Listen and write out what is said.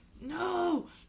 No